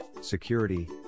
security